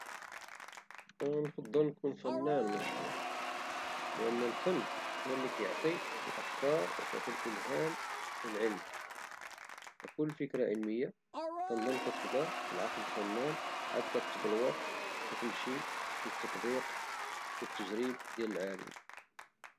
نفضل نكون فنان مشهور لان الفن هو اللي كيعطي الافكار او كيعطي الالهام للعلم كل فكرة علمية كنضن كتبدا بعقل الفنان عاد كتبلور او تمشي للتطبيق او التجريب ديال العالم